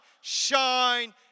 shine